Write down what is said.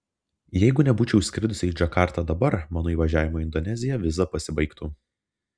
jeigu nebūčiau išskridusi į džakartą dabar mano įvažiavimo į indoneziją viza pasibaigtų